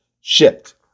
shipped